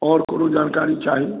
आओर कोनो जानकारी चाही